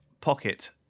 pocket